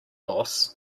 boss